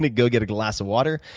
go get a glass of water,